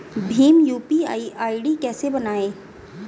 Bhim UPI ID कैसे बनाएं?